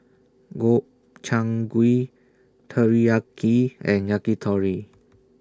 Gobchang Gui Teriyaki and Yakitori